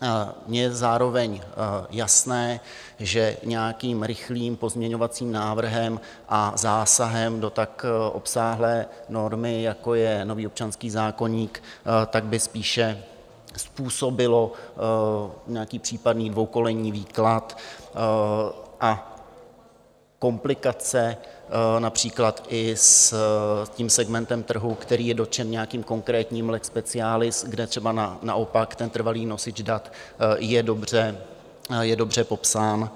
Mně je zároveň jasné, že nějakým rychlým pozměňovacím návrhem a zásahem do tak obsáhlé normy, jako je nový občanský zákoník, by to spíše způsobilo nějaký případný dvoukolejný výklad a komplikace, například i s tím segmentem trhu, který je dotčen nějakým konkrétním lex specialis, kde třeba naopak trvalý nosič dat je dobře popsán.